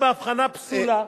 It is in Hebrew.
נכון.